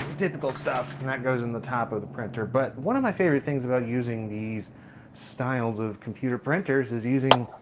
typical stuff and that goes in the top of the printer. but one of my favorite things about using these styles of computer printers is using